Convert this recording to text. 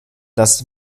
das